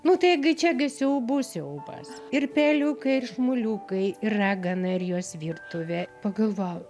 nu taigi čia gi siaubų siaubas ir peliukai ir šmuliukai ragana ir jos virtuvė pagalvojau